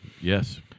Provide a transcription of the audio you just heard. Yes